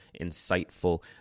insightful